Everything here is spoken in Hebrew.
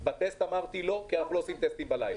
בטסטים עצמם לא כי אנחנו לא עושים טסטים בלילה.